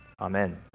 Amen